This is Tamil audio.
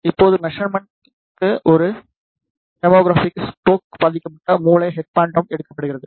இப்போது மெஷர்மென்ட்க்கு ஒரு கேமோர்ஹஜிக் ஸ்டோக் பாதிக்கப்பட்ட மூளை ஹெட் பாண்டம் எடுக்கப்படுகிறது